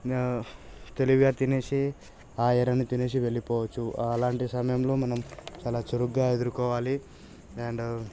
తెలివిగా తినేసి ఆ ఎరని తినేసి వెళ్లిపోవచ్చు అలాంటి సమయంలో మనం చాలా చురుగ్గా ఎదుర్కోవాలి అండ్